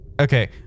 Okay